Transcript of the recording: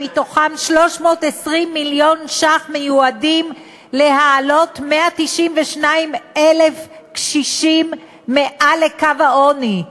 שמתוכם 320 מיליון שקל מיועדים להעלות 192,000 קשישים מעל לקו העוני?